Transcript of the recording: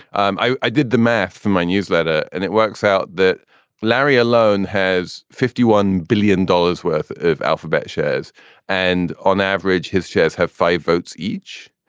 and i did the math for my newsletter and it works out that larry alone has fifty one billion dollars worth of alphabet shares and on average, his shares have five votes each.